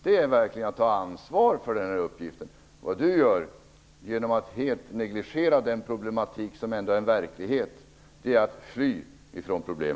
Det är verkligen att ta ansvar för den här uppgiften. Genom att negligera de verkliga problemen flyr Andreas Carlgren ifrån dem.